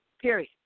period